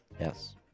Yes